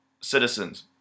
citizens